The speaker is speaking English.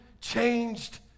changed